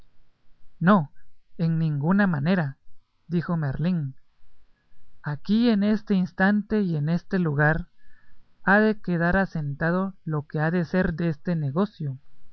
no en ninguna manera dijo merlín aquí en este instante y en este lugar ha de quedar asentado lo que ha de ser deste negocio